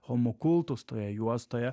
homu kultus toje juostoje